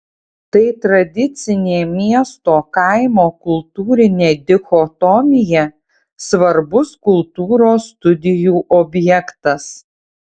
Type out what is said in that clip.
tai tradicinė miesto kaimo kultūrinė dichotomija svarbus kultūros studijų objektas